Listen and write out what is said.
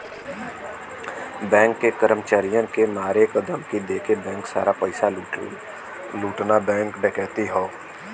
bank के कर्मचारियन के मारे क धमकी देके बैंक सारा पइसा लूटना बैंक डकैती हौ